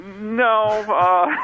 No